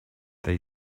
they